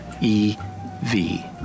E-V